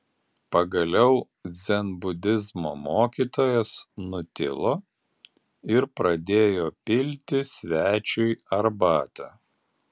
pagaliau dzenbudizmo mokytojas nutilo ir pradėjo pilti svečiui arbatą